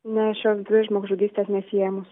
ne šios dvi žmogžudystės nesiejamos